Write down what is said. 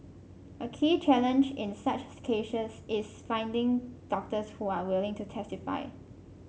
a key challenge in such cases is finding doctors who are willing to testify